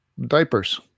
Diapers